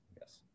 Yes